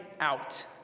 out